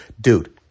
dude